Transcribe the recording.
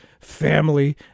family